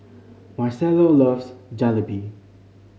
Marcelo loves Jalebi